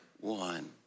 one